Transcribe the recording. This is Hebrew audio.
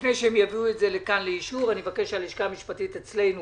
לפני שהם יביאו את זה לכאן לאישור אני מבקש שהלשכה המשפטית שלנו